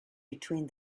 between